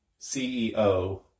CEO